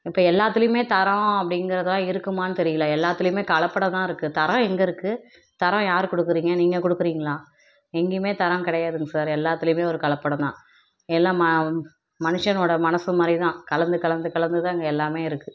இப்போ எல்லாத்திலியுமே தரம் அப்படிங்கிறதான் இருக்குமானு தெரியலை எல்லாத்துலேயுமே கலப்படம் தான் இருக்குது தரம் எங்கே இருக்குது தரம் யார் கொடுக்குறீங்க நீங்கள் கொடுக்குறீங்களா எங்கேயுமே தரம் கிடையாதுங்க சார் எல்லாத்திலையுமே ஒரு கலப்படம் தான் எல்லா மா மனுஷனோட மனசுமாதிரி தான் கலந்து கலந்து கலந்து தான் அங்கே எல்லாமே இருக்குது